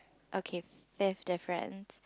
okay fifth difference